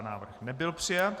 Návrh nebyl přijat.